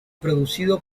producido